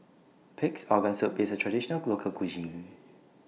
Pig'S Organ Soup IS A Traditional Local Cuisine